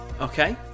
Okay